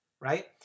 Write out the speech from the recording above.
right